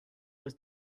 was